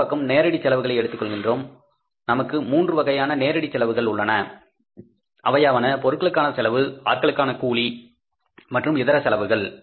மற்றொரு பக்கம் நாம் நேரடிச்செலவுகளை எடுத்துக்கொள்கிறோம் நமக்கு மூன்று வகையான நேரடி செலவுகள் உள்ளன அவையாவன பொருட்களுக்கான செலவுகள் ஆட்களுக்கான கூலி மற்றும் இதர செலவுகள்